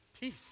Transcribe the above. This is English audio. peace